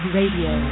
Radio